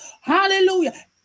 Hallelujah